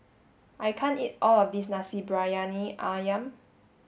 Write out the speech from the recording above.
I can't eat all of this Nasi Briyani Ayam